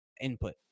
input